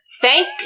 Thank